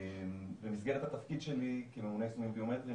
במסגרת התפקיד שלי כממונה ליישומים ביומטריים,